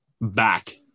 back